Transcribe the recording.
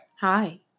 Hi